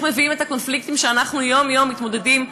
איך מביאים את הקונפליקטים שאנחנו יום-יום מתמודדים עמם,